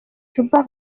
juba